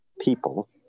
people